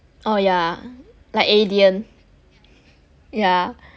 oh yeah like alien yeah